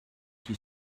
die